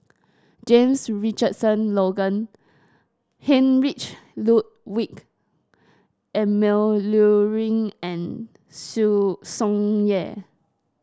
James Richardson Logan Heinrich Road week Emil Luering and Tsung Yeh